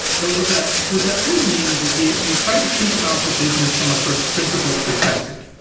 but what that what that really means is we we try to think about the business from a first principle's perspective.